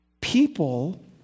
People